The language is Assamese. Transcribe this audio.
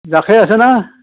জাকৈ আছেনে